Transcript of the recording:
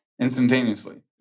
instantaneously